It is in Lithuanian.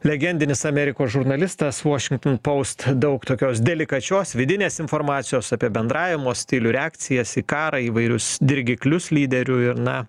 legendinis amerikos žurnalistas vošington paust daug tokios delikačios vidinės informacijos apie bendravimo stilių reakcijas į karą įvairius dirgiklius lyderių ir na